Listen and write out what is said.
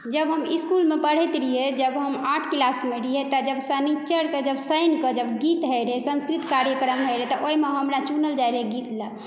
जब हम इसकुलमे पढ़ैत रहिए जब हम आठ किलासमे रहिए तऽ जब शनिश्चरके जब शानिके जब गीत होइ रहै सांस्कृतिक कार्यक्रम होइ रहै तऽ ओहिमे हमरा चुनल जाइ रहै गीत लए